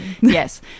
Yes